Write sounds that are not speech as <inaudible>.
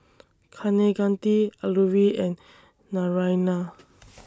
Kaneganti Alluri and Naraina <noise>